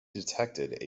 detected